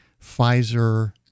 Pfizer